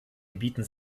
gebieten